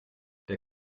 der